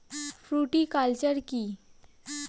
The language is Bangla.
ফ্রুটিকালচার কী?